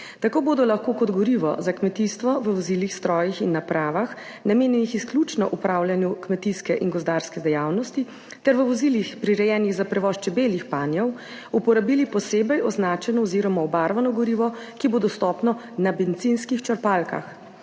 Tako bodo lahko kot gorivo za kmetijstvo v vozilih, strojih in napravah, namenjenih izključno opravljanju kmetijske in gozdarske dejavnosti, ter v vozilih, prirejenih za prevoz čebeljih panjev, uporabili posebej označeno oziroma obarvano gorivo, ki bo dostopno na bencinskih črpalkah.